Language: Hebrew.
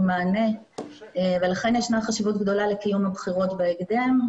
מענה ולכן יש חשיבות גדולה לקיום הבחירות בהקדם,